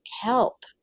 help